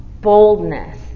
boldness